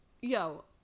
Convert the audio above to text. Yo